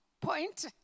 point